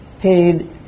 paid